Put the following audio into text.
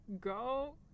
Go